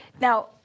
Now